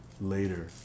later